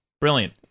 brilliant